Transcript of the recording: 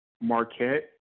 Marquette